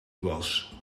was